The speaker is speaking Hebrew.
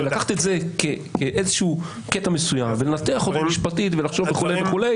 ולקחת איזה קטע מסוים ולנתח אותו משפטית וכו',